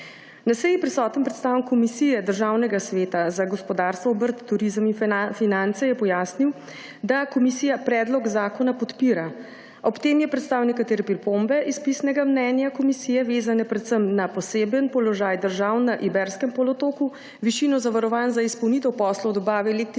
Na seji prisoten predstavnik Komisije Državnega sveta za gospodarstvo, obrt, turizem in finance je pojasnil, da komisija predlog zakona podpira. Ob tem je predstavil nekatere pripombe iz pisnega mnenja komisije, vezane predvsem na poseben položaj držav na Iberskem polotoku, višino zavarovanj za izpolnitev poslov dobave